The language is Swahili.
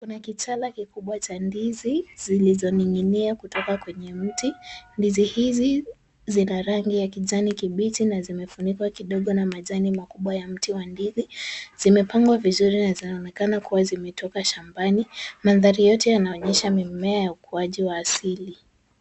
Kuna kichala kikubwa cha ndizi zilizoning'inia kutoka kwenye mti. Ndizi hizi zina rangi ya kijani kibichi na zimefunikwa kidogo na majani makubwa ya mti wa ndizi. Zimepangwa vizuri na zinaonekana kuwa zimetoka shambani. Mandhari yote yanaonyesha mimea ya ukuwaji wa asili.